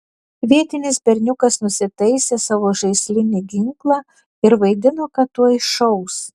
vietinis berniukas nusitaisė savo žaislinį ginklą ir vaidino kad tuoj šaus